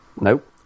Nope